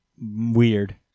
weird